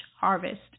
harvest